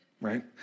right